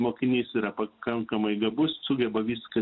mokinys yra pakankamai gabus sugeba viską